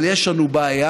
אבל יש לנו בעיה,